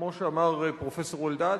כמו שאמר פרופסור אלדד,